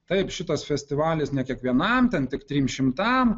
taip šitas festivalis ne kiekvienam ten tik trim šimtam